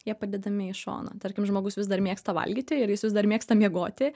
jie padedami į šoną tarkim žmogus vis dar mėgsta valgyti ir jis vis dar mėgsta miegoti